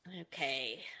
Okay